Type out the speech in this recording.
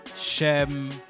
Shem